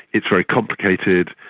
it's very complicated,